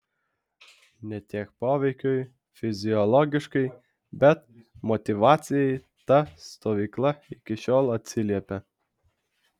ne tiek poveikiui fiziologiškai bet motyvacijai ta stovykla iki šiol atsiliepia